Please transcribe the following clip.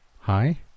hi